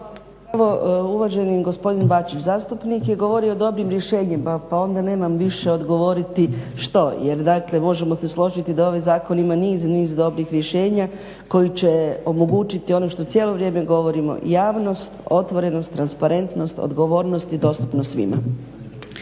Uvaženi gospodin Bačić zastupnik je govorio o dobrim rješenjima pa onda nemam više odgovoriti što jer dakle možemo se složiti da ovaj zakon ima niz, niz dobrih rješenja koji će omogućiti ono što cijelo vrijeme govorimo javnost, otvorenost, transparentnost, odgovornost i dostupnost svima.